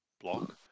block